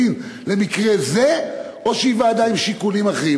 למקרה זה או שהיא ועדה עם שיקולים אחרים.